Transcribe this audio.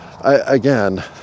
again